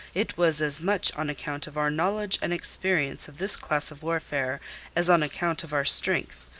it was as much on account of our knowledge and experience of this class of warfare as on account of our strength.